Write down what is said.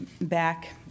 back